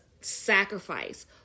sacrifice